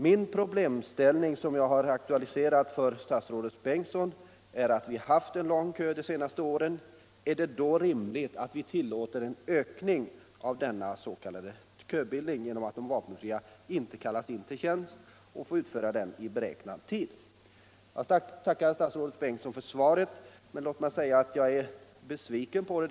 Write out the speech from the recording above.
Den problemställning som jag har aktualiserat för statsrådet Bengtsson är: När vi har haft en lång kö av vapenfria de senaste åren, är det då rimligt att vi tillåter en ökning av denna s.k. köbildning genom att de vapenfria inte kallas in till tjänst och får utföra den i beräknad tid? Jag tackar statsrådet Bengtsson för svaret, men låt mig tillägga att jag är besviken på det.